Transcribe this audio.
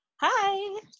Hi